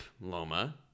Loma